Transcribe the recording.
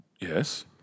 Yes